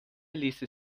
ließe